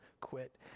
quit